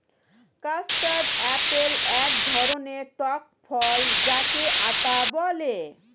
custard apple এক ধরণের টক ফল যাকে আতা বলে